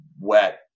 wet